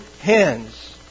hands